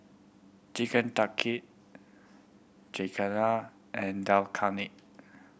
Chicken Tikki and Dal Khani